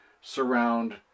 surround